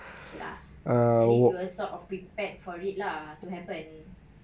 K lah at least you were sort of prepared for it lah to happen